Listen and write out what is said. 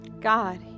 God